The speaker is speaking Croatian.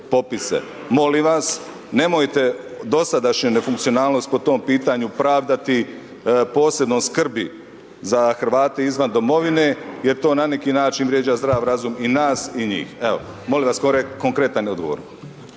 Molim vas, nemojte dosadašnju nefunkcionalnost po tom pitanju pravdati posebnom skrbi za Hrvate izvan domovine jer to na neki način vrijeđa zdrav razum i nas i njih, evo, molim vas konkretan odgovor.